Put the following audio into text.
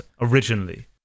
originally